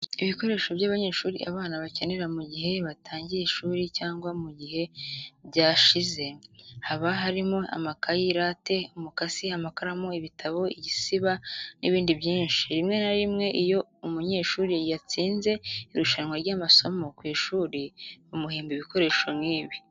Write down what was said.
Ibikoresho by'abanyeshuri abana bakenera mu gihe batangiye ishuri cyangwa mu gihe byashize, haba harimo amakayi, rate, umukasi, amakaramu, ibitabo, igisiba n'ibindi byinshi. Rimwe na rimwe iyo umunyeshuri yatsinze irushanwa ry'amasomo ku ishuri bamuhemba ibikoresho nk'ibi.